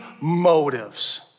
motives